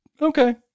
Okay